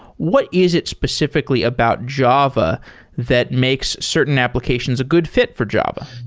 what is it specifically about java that makes certain applications a good fit for java?